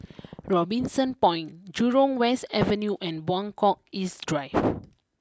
Robinson Point Jurong West Avenue and Buangkok East Drive